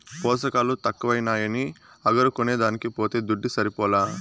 పోసకాలు తక్కువైనాయని అగరు కొనేదానికి పోతే దుడ్డు సరిపోలా